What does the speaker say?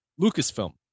Lucasfilm